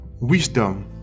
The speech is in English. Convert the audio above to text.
wisdom